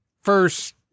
first